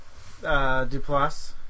Duplass